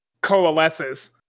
coalesces